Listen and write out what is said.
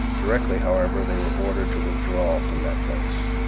directly, however, they were ordered to withdraw from that place.